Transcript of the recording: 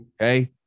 okay